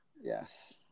Yes